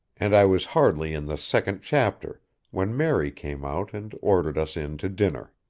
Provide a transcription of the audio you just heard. and i was hardly in the second chapter when mary came out and ordered us in to dinner.